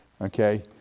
Okay